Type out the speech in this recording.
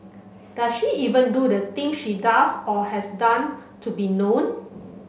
does she even do the thing she does or has done to be known